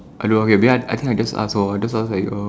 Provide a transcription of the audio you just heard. I don't know okay I think just ask lor just ask like err